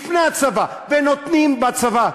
לפני הצבא, ונותנים בצבא.